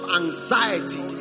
anxiety